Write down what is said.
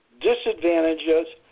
disadvantages